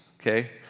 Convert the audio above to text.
okay